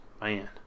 Man